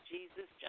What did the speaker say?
Jesus